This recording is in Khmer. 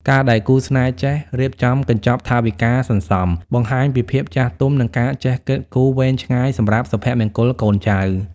ការដែលគូស្នេហ៍ចេះ "រៀបចំកញ្ចប់ថវិកាសន្សំ" បង្ហាញពីភាពចាស់ទុំ និងការចេះគិតគូរវែងឆ្ងាយសម្រាប់សុភមង្គលកូនចៅ។